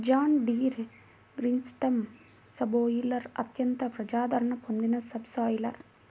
John Deere green system subsoiler అత్యంత ప్రజాదరణ పొందిన సబ్ సాయిలర్